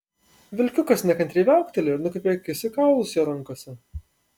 vilkiukas nekantriai viauktelėjo ir nukreipė akis į kaulus jo rankose